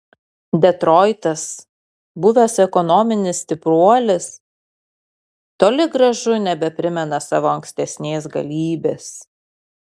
detroitas buvęs ekonominis stipruolis toli gražu nebeprimena savo ankstesnės galybės